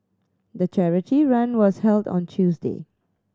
the charity run was held on Tuesday